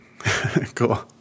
Cool